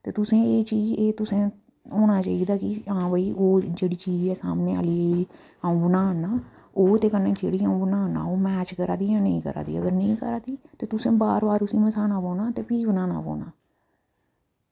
ते तुसें एह् चीज एह् तुसैं होना चाहिदा कि हां भई ओह् जेह्ड़ी चीज ऐ सामनै आह्ली जेह्ड़ी अंऊ बना ना ओह् ओह्दे कन्नै जेह्ड़ी अंऊ बना ना ओह् मैच करा दी जां नेईं करा दी अगर नेईं करा दी ते तुसें बार बार उस्सी मिह्साना पौना ते फ्ही बनाना पौना